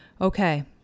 Okay